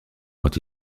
quand